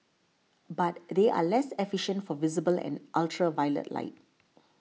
but they are less efficient for visible and ultraviolet light